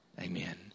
Amen